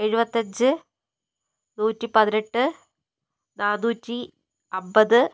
എഴുപത്തഞ്ച് നൂറ്റി പതിനെട്ട് നാന്നൂറ്റി അമ്പത്